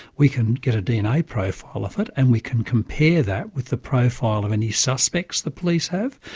we can get a dna profile of it and we can compare that with the profile of any suspects the police have,